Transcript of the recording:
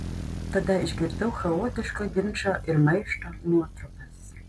tada išgirdau chaotiško ginčo ir maišto nuotrupas